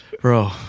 Bro